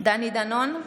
דני דנון,